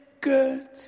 good